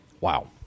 Wow